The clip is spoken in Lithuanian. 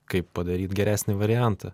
kaip padaryt geresnį variantą